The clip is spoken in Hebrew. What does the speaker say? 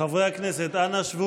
חברי הכנסת, אנא שבו